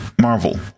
Marvel